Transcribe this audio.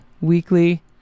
weekly